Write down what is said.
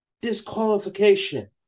Disqualification